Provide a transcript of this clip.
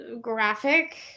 graphic